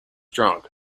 drunk